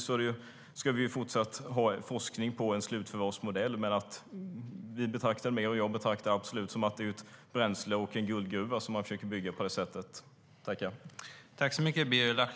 Givetvis ska vi fortsatt ha en forskning på en slutförvarsmodell, men jag betraktar absolut att det är ett bränsle och en guldgruva som man försöker bygga upp.